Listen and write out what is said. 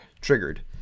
Triggered